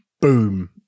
boom